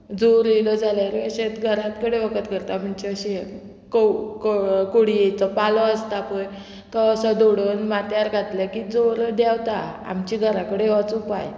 जोर येयलो जाल्यारूय अशेंत घरांत कडेन वखद करता म्हणजे अशें को को कोडयेचो पालो आसता पय तो असो दोडोवन माथ्यार घातले की जोर देंवता आमचे घरा कडेन होच उपाय